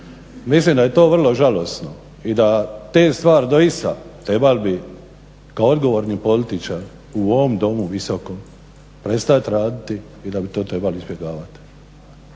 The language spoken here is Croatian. Mislim da je to vrlo žalosno i da te stvar doista trebali bi kao odgovorni političar u ovom Domu visokom prestao raditi i da bi to trebali izbjegavati.